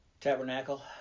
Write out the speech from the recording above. Tabernacle